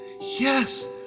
Yes